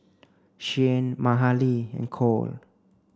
Shianne Mahalie and Cole